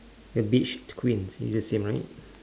the beach queens is the same right